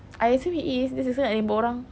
I assume he is this is what I jumpa orang